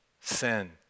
sin